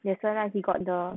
that's why lah he got the